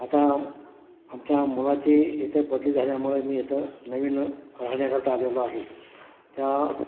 आता आमच्या मुलाची इथे बदली झाल्यामुळं मी इथं नवीन राहण्याकरता आलेलो आहे त्या